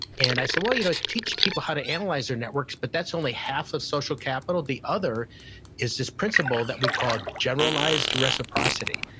and i said, well, you know i teach people how to analyze their networks but that's only half of social capital. the other is this principle that we call generalized reciprocity.